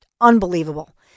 unbelievable